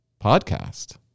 podcast